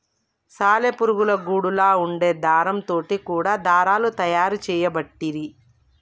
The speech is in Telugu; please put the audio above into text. సాలె పురుగుల గూడులా వుండే దారం తోటి కూడా దారాలు తయారు చేయబట్టిరి